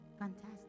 Fantastic